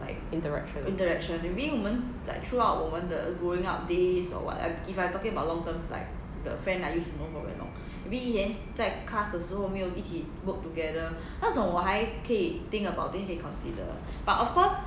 interaction